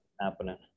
happening